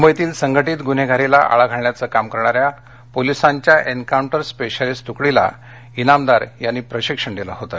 मुंबईतील संघटित गुन्हेगारीला आळा घालण्याचं काम करणाऱ्या पोलिसांच्या एन्काउंटर स्पेशालिस्ट तुकडीला इनामदार यांनी प्रशिक्षण दिलं होतं